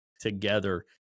together